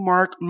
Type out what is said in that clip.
Mark